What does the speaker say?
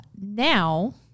now